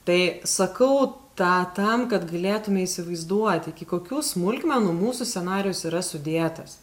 tai sakau tą tam kad galėtume įsivaizduoti iki kokių smulkmenų mūsų scenarijus yra sudėtas